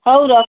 ହଉ ର